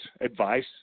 advice